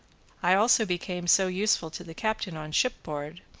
i also became so useful to the captain on shipboard,